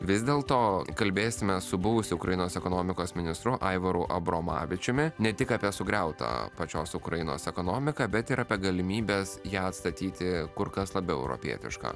vis dėl to kalbėsimės su buvusiu ukrainos ekonomikos ministru aivaru abromavičiumi ne tik apie sugriautą pačios ukrainos ekonomiką bet ir apie galimybes ją atstatyti kur kas labiau europietišką